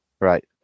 Right